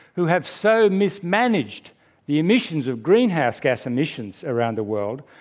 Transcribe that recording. who have so mismanaged the emissions of greenhouse gas emissions around the world,